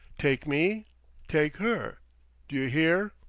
take me take her d'you hear?